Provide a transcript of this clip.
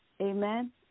amen